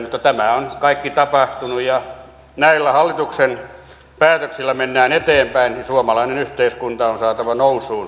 mutta tämä on kaikki tapahtunut ja näillä hallituksen päätöksillä mennään eteenpäin ja suomalainen yhteiskunta on saatava nousuun